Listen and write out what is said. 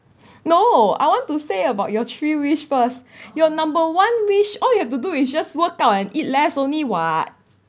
no I want to say about your three first your number one wish all you have to do is just worked out and eat less only [what]